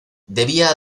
debía